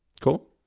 Cool